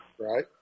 Right